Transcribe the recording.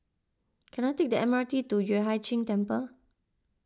can I take the M R T to Yueh Hai Ching Temple